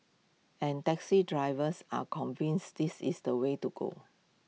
and taxi drivers are convinced this is the way to go